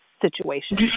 situation